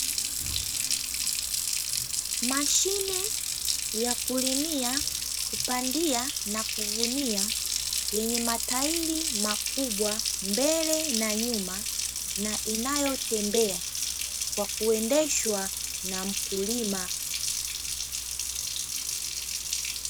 Mashine ya kulimia, kupandia na kuvunia, yenye matairi makubwa mbele na nyuma na inayotembea kwa kuendeshwa na mkulima.